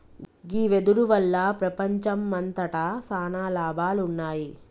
గీ వెదురు వల్ల ప్రపంచంమంతట సాన లాభాలున్నాయి